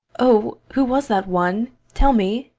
oh, who was that one? tell me!